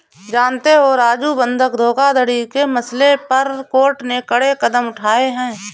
जानते हो राजू बंधक धोखाधड़ी के मसले पर कोर्ट ने कड़े कदम उठाए हैं